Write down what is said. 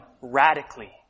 radically